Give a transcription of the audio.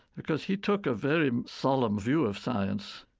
because he took a very solemn view of science.